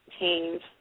change